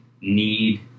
need